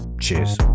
Cheers